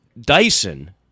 Dyson